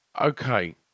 Okay